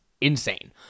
insane